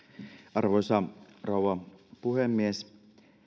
arvoisa rouva puhemies